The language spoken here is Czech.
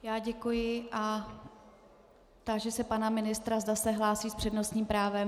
Já děkuji a táži se pana ministra, zda se hlásí s přednostním právem.